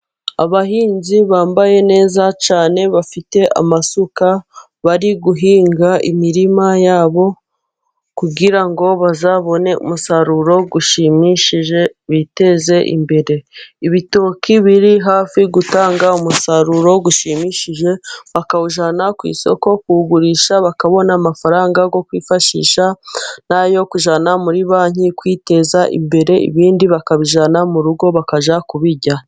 Abahinzi bambaye neza cyane, bafite amasuka bari guhinga imirima yabo, kugira ngo bazabone, umusaruro ushimishije biteze imbere, ibitoki biri hafi gutanga umusaruro ushimishije, bakawujyana ku isoko kuwugurisha, bakabona amafaranga yo kwifashisha, nayo kujyana muri banki kwiteza imbere, ibindi bakabijyanana mu rugo, bakajya kubirya.